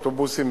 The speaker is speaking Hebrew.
אוטובוסים,